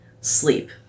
sleep